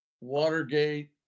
Watergate